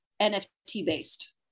NFT-based